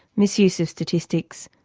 misuse of statistics,